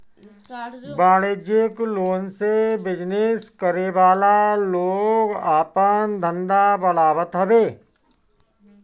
वाणिज्यिक लोन से बिजनेस करे वाला लोग आपन धंधा बढ़ावत हवे